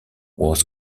was